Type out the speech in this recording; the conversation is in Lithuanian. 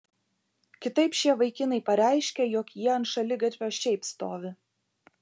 kitaip šie vaikinai pareiškia jog jie ant šaligatvio šiaip stovi